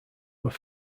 were